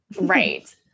Right